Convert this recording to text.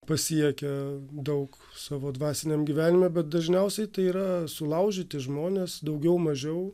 pasiekę daug savo dvasiniam gyvenim bet dažniausiai tai yra sulaužyti žmonės daugiau mažiau